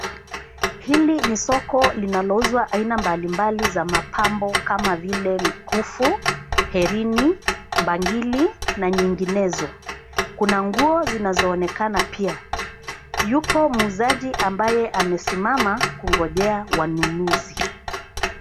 Hili ni soko linalouzwa aina mbalimbali za mapambo kama vile mikufu, hereni, bangili na nyinginezo. Kuna nguo zinazoonekana pia. Yupo muuzaji ambaye amesimama kungojea wanunuzi.